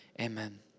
Amen